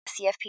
CFP